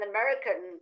American